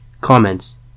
Comments